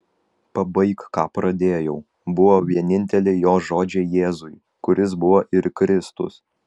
pabaik ką pradėjau buvo vieninteliai jo žodžiai jėzui kuris buvo ir kristus